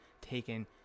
taken